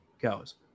goes